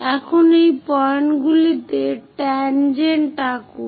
এখন এই পয়েন্টগুলিতে ট্যাংজেন্ট আঁকুন